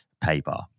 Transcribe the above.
paper